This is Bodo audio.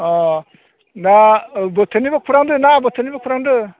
अ दा बोथोरनिबो खुरां दोना बोथोरनिबो खुरां दोङो